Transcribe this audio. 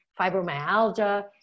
fibromyalgia